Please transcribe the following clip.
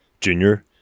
junior